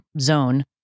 zone